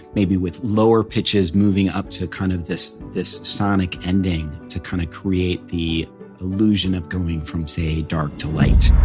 maybe with lower pitches moving up to kind of this this sonic ending to kind of create the illusion of going from, say, dark to light